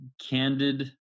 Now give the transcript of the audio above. candid